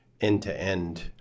end-to-end